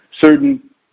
Certain